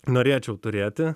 norėčiau turėti